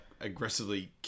aggressively